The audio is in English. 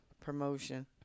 promotion